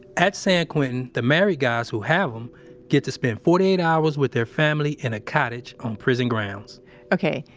at san quentin, the married guys who have them get to spend forty eight hours with their family in a cottage on prison grounds ok.